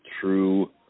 true